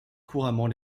couramment